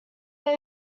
they